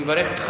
אני מברך אותך,